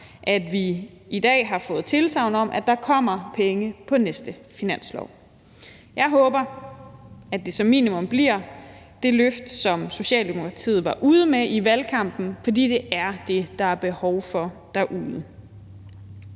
at vi i dag har fået tilsagn om, at der kommer penge på næste finanslov. Jeg håber, at det som minimum bliver det løft, som Socialdemokratiet var ude med i valgkampen, for det er det, der er behov for derude.